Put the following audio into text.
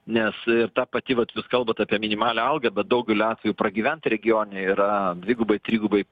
nes ta pati vat jūs kalbat apie minimalią algą bet daugeliu atveju pragyvent regione yra dvigubai trigubai